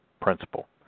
principle